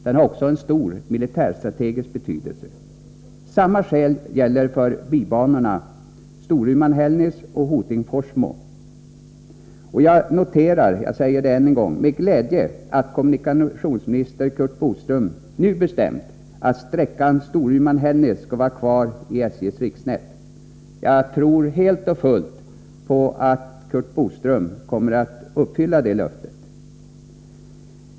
Den har också stor militärstrategisk betydelse. Samma skäl gäller för bibanorna Storuman-Hällnäs och Hoting-Forsmo. Jag noterar med glädje att kommunikationsminister Curt Boström nu bestämt att sträckan Storuman-Hällnäs skall vara kvar i SJ:s riksnät. Jag tror helt och fullt på att Curt Boström kommer att uppfylla det löftet.